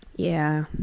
yeah,